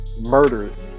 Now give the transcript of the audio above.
murders